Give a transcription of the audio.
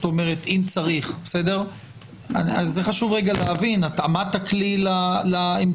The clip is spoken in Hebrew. את זה חשוב להבין התאמת הכלי לאמצעי.